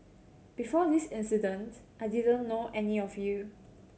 before this incident I didn't know any of you